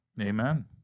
amen